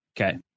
Okay